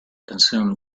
consume